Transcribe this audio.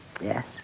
Yes